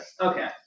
Okay